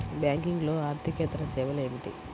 బ్యాంకింగ్లో అర్దికేతర సేవలు ఏమిటీ?